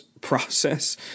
process